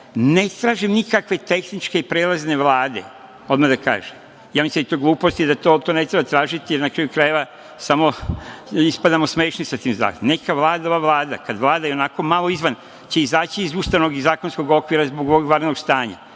Ne tražim nikakve tehničke i prelazne vlade, odmah da kažem, jer ja mislim da je to glupost i da to ne treba tražiti, jer, na kraju krajeva, samo ispadamo smešni sa tim zahtevom. Neka vlada ova Vlada, kad Vlada ionako malo izvan će izaći iz ustavnog i zakonskog okvira zbog ovog vanrednog stanja,